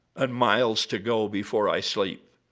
and miles to go before i sleep,